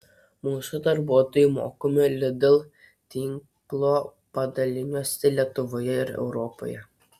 mūsų darbuotojai mokomi lidl tinklo padaliniuose lietuvoje ir europoje